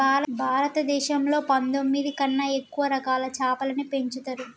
భారతదేశంలో పందొమ్మిది కన్నా ఎక్కువ రకాల చాపలని పెంచుతరు